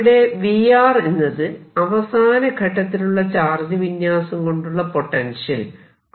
ഇവിടെ V എന്നത് അവസാന ഘട്ടത്തിലുള്ള ചാർജ് വിന്യാസം കൊണ്ടുള്ള പൊട്ടൻഷ്യൽ ആണ്